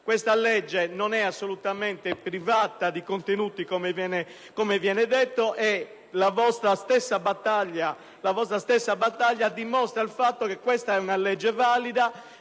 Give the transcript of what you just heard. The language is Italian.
esame non è assolutamente svuotato di contenuti, come viene detto, e la vostra stessa battaglia dimostra il fatto che è una legge valida,